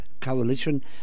Coalition